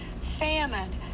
famine